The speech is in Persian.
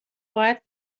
خواهد